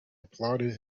applauded